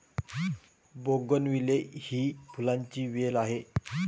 bougainvillea ही फुलांची वेल आहे